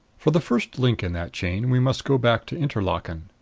for the first link in that chain we must go back to interlaken.